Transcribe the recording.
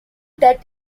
that